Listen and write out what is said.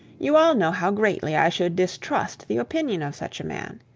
you all know how greatly i should distrust the opinion of such a man.